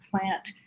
plant